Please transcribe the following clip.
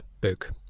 Book